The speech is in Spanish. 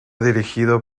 dirigido